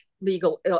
legal